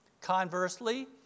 Conversely